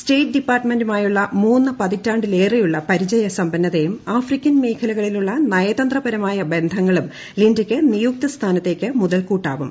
state ഡിപ്പാർട്ട്മെന്റുമായുള്ള മൂന്ന് പതിറ്റാണ്ടിലേറെ യുള്ള പരിചയ സമ്പന്നതയും ആഫ്രിക്കൻ മേഖലകളിലുള്ള നയതന്ത്രപരമായ ബന്ധങ്ങളുമാണ് ലിൻഡയ്ക്ക് നിയുക്ത സ്ഥാനത്തേക്ക് മുതൽക്കൂട്ടാവും